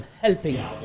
helping